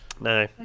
No